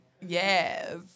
Yes